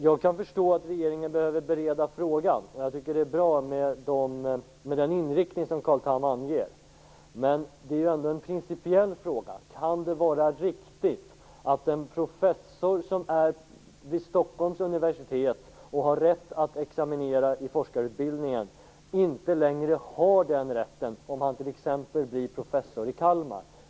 Jag kan förstå att regeringen behöver bereda frågan, och jag tycker att den inriktning som Carl Tham anger är bra, men det är ändå en principiell fråga om det kan vara riktigt att en professor vid Stockholms universitet som har rätt att examinera i forskarutbildningen inte längre har kvar den rätten, om han t.ex. blir professor i Kalmar.